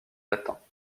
latins